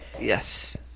Yes